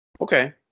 Okay